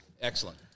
excellent